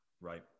Right